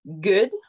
good